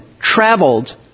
traveled